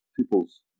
people's